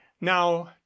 now